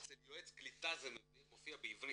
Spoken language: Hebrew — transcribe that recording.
אצל יועץ הקליטה זה מופיע בעברית.